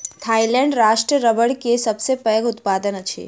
Thailand राष्ट्र रबड़ के सबसे पैघ उत्पादक अछि